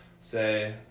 say